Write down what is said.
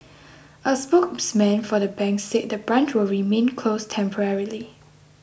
a spokesman for the bank said the branch will remain closed temporarily